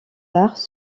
arts